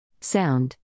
Sound